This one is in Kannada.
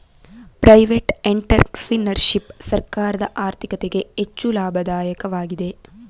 ಪ್ರೈವೇಟ್ ಎಂಟರ್ಪ್ರಿನರ್ಶಿಪ್ ಸರ್ಕಾರದ ಆರ್ಥಿಕತೆಗೆ ಹೆಚ್ಚು ಲಾಭದಾಯಕವಾಗಿದೆ